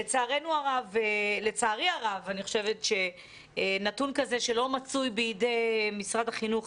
לצערי הרב נתון כזה שלא מצוי בידי משרד החינוך,